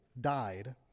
died